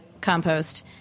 compost